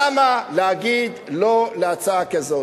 למה להגיד לא להצעה כזאת?